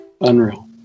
Unreal